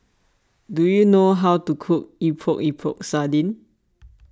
do you know how to cook Epok Epok Sardin